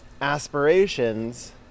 aspirations